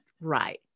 right